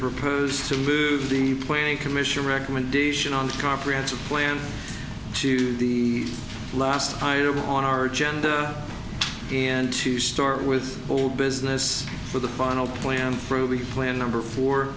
propose to move the planning commission recommendation on the comprehensive plan to the last item on our agenda and to start with whole business for the final plan through be plan number four